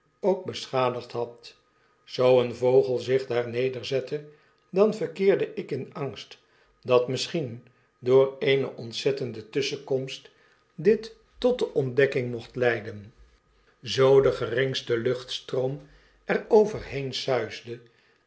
ook beschadigd had zoo een vogel zich daar nederzette dan verkeerde ik in angst dat misschien door eene ontzettende tusschenkomst dit tot de ontdekking mocht leiden zoo de geringste luchtstroom er overheen